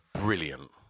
brilliant